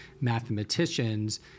mathematicians